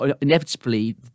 inevitably